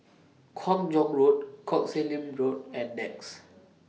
Kung Chong Road Koh Sek Lim Road and Nex